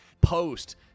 post